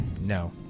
No